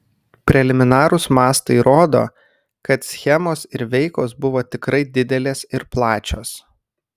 preliminarūs mastai rodo kad schemos ir veikos buvo tikrai didelės ir plačios